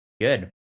good